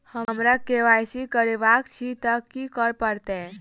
हमरा केँ Y C करेवाक अछि तऽ की करऽ पड़तै?